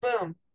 boom